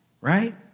right